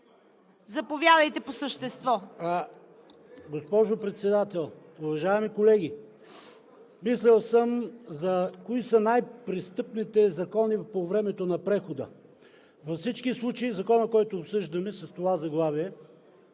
Заповядайте по същество. ПАВЕЛ ШОПОВ: Госпожо Председател, уважаеми колеги! Мислил съм кои са най-престъпните закони по времето на прехода. Във всички случаи Законът, който обсъждаме с това заглавие,